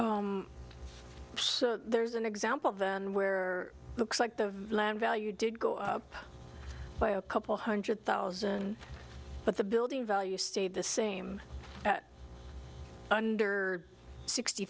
ok so there's an example then where looks like the land value did go up by a couple hundred thousand but the building value stayed the same under sixty